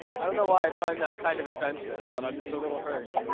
i don't know why i find that kind of offensive, but i'm just a little hurt